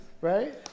right